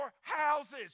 houses